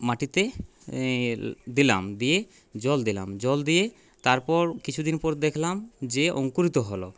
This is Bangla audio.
মাটিতে এই দিলাম দিয়ে জল দিলাম জল দিয়ে তারপর কিছুদিন পর দেখলাম যে অঙ্কুরিত হল